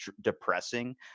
depressing